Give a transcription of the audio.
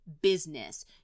business